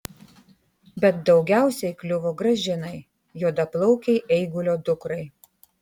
bet daugiausiai kliuvo gražinai juodaplaukei eigulio dukrai